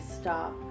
stop